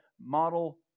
model